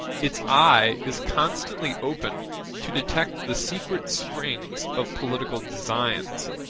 its eye is constantly open to detect the secret springs of political designs,